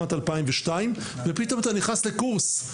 שנת 2002. ופתאום אתה נכנס לקורס,